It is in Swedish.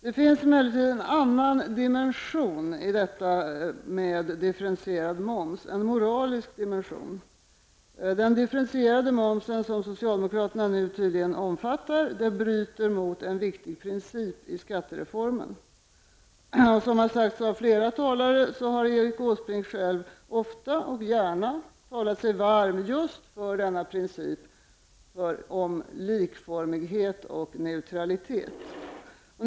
Det finns emellertid en annan dimension när det gäller differentierad moms, en moralisk dimension. Den differentierade moms, som socialdemokraterna nu tydligen vill ha, bryter mot en viktig princip i skattereformen. Som framhållits av flera talare har Erik Åsbrink själv ofta och gärna talat sig varm för just principen om likformighet och neutralitet.